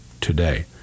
today